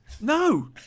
No